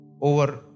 over